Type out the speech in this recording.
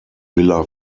villa